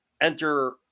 enter